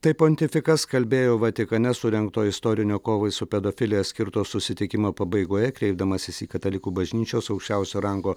taip pontifikas kalbėjo vatikane surengto istorinio kovai su pedofilija skirto susitikimo pabaigoje kreipdamasis į katalikų bažnyčios aukščiausio rango